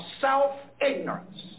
self-ignorance